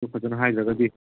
ꯑꯗꯨ ꯐꯖꯅ ꯍꯥꯏꯗ꯭ꯔꯒꯗꯤ